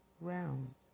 rounds